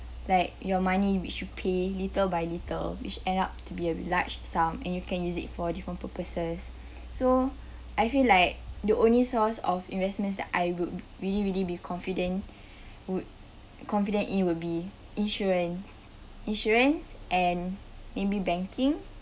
like your money which you pay little by little which add up to be a large sum and you can use it for different purposes so I feel like the only source of investments that I would really really be confident would confident in will be insurance insurance and maybe banking